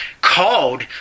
called